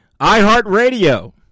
iHeartRadio